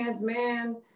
man